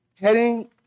heading